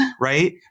right